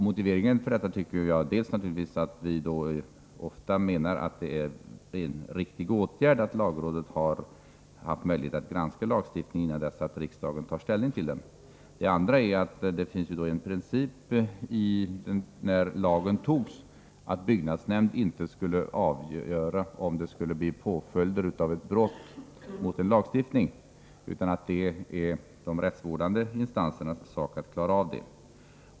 Motiveringen för detta är naturligtvis dels att vi menar att det är riktigt att lagrådet får möjlighet att granska lagförslag innan riksdagen tar ställning till dem, dels att det fastslogs som en princip när lagen antogs att byggnadsnämnden inte skulle avgöra om det skall bli påföljder av ett brott mot lagstiftningen, utan att det är de rättsvårdande instansernas sak att klara av det.